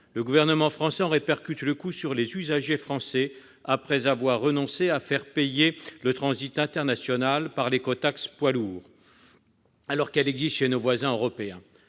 Le gouvernement français en répercute le coût sur les usagers français, après avoir renoncé à faire payer le transit international au travers de l'écotaxe poids lourds, alors que celle-ci existe chez nos voisins européens.